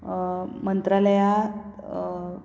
मंत्रालया